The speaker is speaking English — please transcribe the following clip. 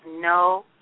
no